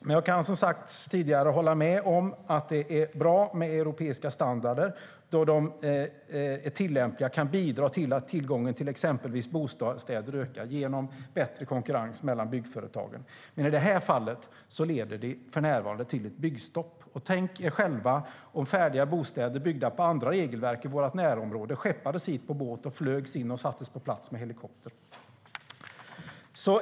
Men jag kan, som sagts tidigare, hålla med om att det är bra med europeiska standarder då de är tillämpliga och kan bidra till att tillgången till exempelvis bostäder ökar genom bättre konkurrens mellan byggföretagen. Men i det här fallet leder det för närvarande till ett byggstopp. Tänk er själva om färdiga bostäder byggda med andra regelverk i vårt närområde skeppades hit på båt och flögs in och sattes på plats med helikopter!